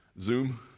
Zoom